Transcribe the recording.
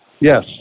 Yes